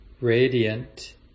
radiant